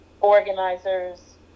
organizers